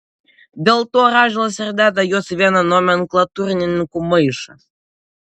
dėl to radžvilas ir deda juos į vieną nomenklatūrininkų maišą